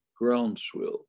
groundswell